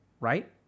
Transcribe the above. Right